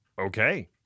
Okay